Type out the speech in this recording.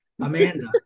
Amanda